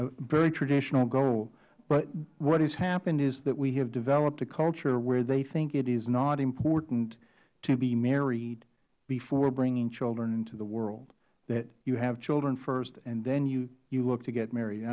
dog very traditional goal what has happened is that we have developed a culture where they think it is not important to be married before bringing children into the world that you have children first and then you look to get married